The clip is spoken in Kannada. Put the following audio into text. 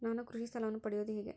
ನಾನು ಕೃಷಿ ಸಾಲವನ್ನು ಪಡೆಯೋದು ಹೇಗೆ?